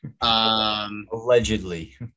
Allegedly